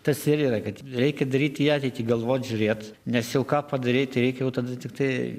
tas ir yra kad reikia daryti į ateitį galvot žiūrėt nes jau ką padaryti reikia jau tada tiktai